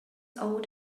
old